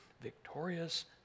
victorious